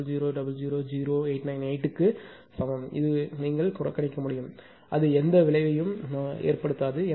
00000898 க்கு சமம் இது உண்மையில் நீங்கள் புறக்கணிக்க முடியும் அது எந்த விளைவையும் ஏற்படுத்தாது